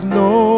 no